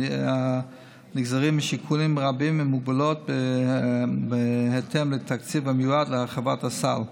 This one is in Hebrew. הנגזרים משיקולים רבים ומגבלות בהתאם לתקציב המיועד להרחבת הסל.